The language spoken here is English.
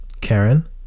Karen